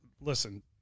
listen